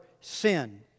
sin